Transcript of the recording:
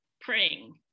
praying